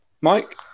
Mike